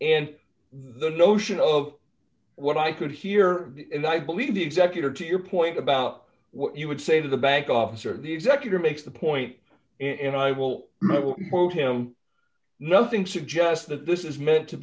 and the notion of what i could hear and i believe the executor to your point about what you would say to the bank officer the executor makes the point in i will poke him nothing suggest that this is meant to